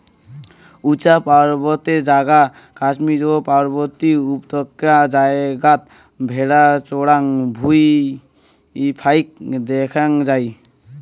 উচা পার্বত্য জাগা কাশ্মীর ও পার্বতী উপত্যকা জাগাত ভ্যাড়া চরার ভুঁই ফাইক দ্যাখ্যাং যাই